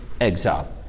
exile